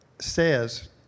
says